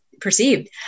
perceived